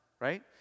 Right